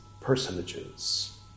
personages